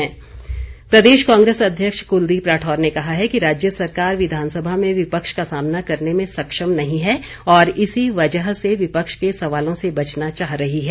कांग्रेस प्रदेश कांग्रेस अध्यक्ष कुलदीप राठौर ने कहा है कि राज्य सरकार विधानसभा में विपक्ष का सामना करने में सक्षम नहीं है और इसी वजह से विपक्ष के सवालों से बचना चाह रही है